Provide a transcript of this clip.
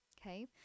okay